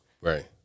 Right